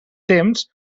temps